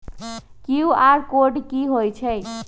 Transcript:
QR code कि हई छई?